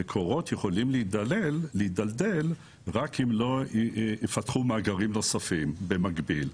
המקורות יכולים להתדלדל רק אם לא יפתחו מאגרים נוספים במקביל.